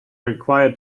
required